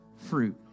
fruit